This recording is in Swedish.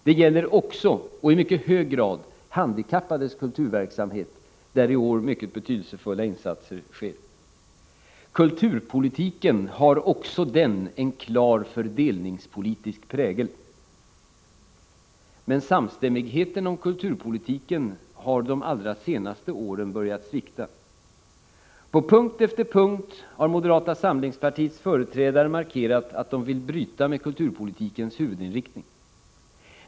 Det gäller också, i mycket hög grad, handikappades kulturverksamhet, där i år mycket betydelsefulla insatser görs. Kulturpolitiken har också den en klar fördelningspolitisk prägel. Samstämmigheten om kulturpolitiken har de allra senaste åren börjat svikta. På punkt efter punkt har moderata samlingspartiets företrädare markerat att de vill bryta med kulturpolitikens huvudinriktning.